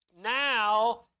now